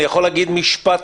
אני יכול להגיד משפט,